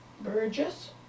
Burgess